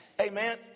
Amen